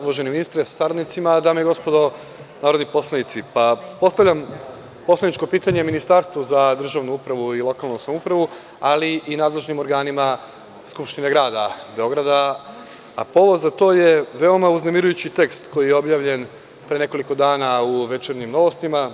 Uvaženi ministre sa saradnicima, dame i gospodo narodni poslanici, postavljam poslaničko pitanje Ministarstvu za državnu upravu i lokalnu samoupravu, ali i nadležnim organima Skupštine Grada Beograda, a povod za to je veoma uznemirujući tekst koji je objavljen pre nekoliko dana u Večernjim Novostima.